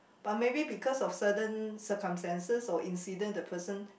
but maybe because of certain circumstances or incident the person